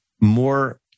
more